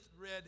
red